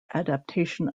adaptation